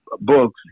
books